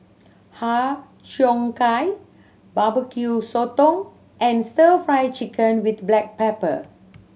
Har Cheong Gai bbq sotong and Stir Fry Chicken with black pepper